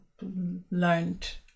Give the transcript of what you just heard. learned